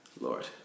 Lord